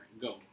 Go